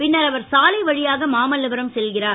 பின்னர் அவர் சாலை வழியாக மாமல்லபுரம் செல்கிறார்